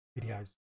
videos